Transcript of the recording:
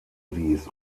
dies